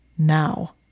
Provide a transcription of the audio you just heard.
Now